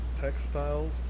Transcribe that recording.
textiles